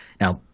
Now